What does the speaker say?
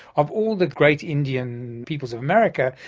of all the great indian peoples of america,